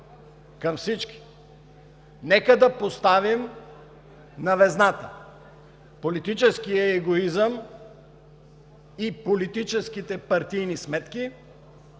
към всички: нека да поставим на везната политическия егоизъм и политическите партийни сметки,